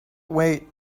wait